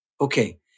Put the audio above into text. Okay